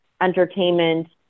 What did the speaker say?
entertainment